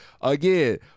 Again